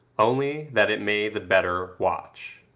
only that it may the better watch.